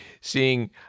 seeing